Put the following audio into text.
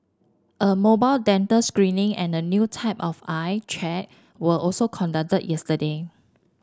a mobile dental screening and a new type of eye check were also conducted yesterday